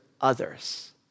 others